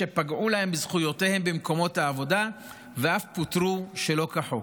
שפגעו להם בזכויותיהם במקומות העבודה ואף פוטרו שלא כחוק,